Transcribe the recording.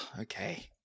okay